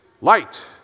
light